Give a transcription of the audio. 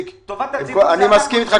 אני מסכים אתך.